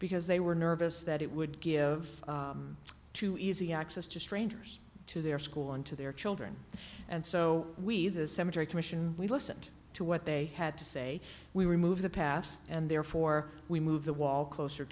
because they were nervous that it would give too easy access to strangers to their school and to their children and so we the cemetery commission we listened to what they had to say we removed the past and therefore we move the wall closer